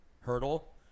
hurdle